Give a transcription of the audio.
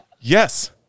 Yes